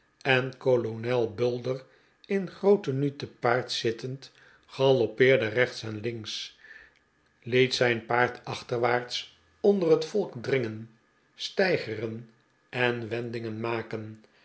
en kolonel bulder in groot tenue te paard zittend galoppeerde rechts en links liet zijn paard achterwaarts onder het volk dringen steigeren en wendingen maken